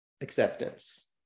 acceptance